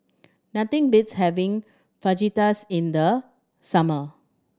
nothing beats having Fajitas in the summer